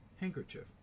handkerchief